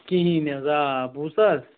کِہیٖنۍ نہَ حظ آ بوٗزتھا حظ